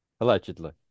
Allegedly